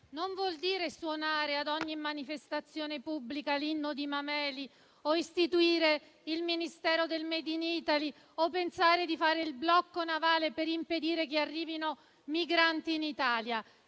non vuol dire suonare a ogni manifestazione pubblica l'Inno di Mameli o istituire il Ministero del *made in Italy* o pensare di fare il blocco navale per impedire che arrivino migranti in Italia.